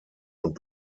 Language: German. und